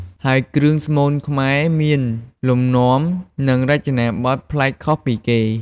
ហើយគ្រឿងស្មូនខ្មែរមានលំនាំ និងរចនាបថប្លែកខុសពីគេ។